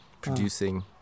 producing